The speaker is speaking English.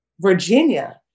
Virginia